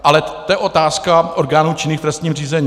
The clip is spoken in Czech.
Ale to je otázka orgánů činných v trestním řízení.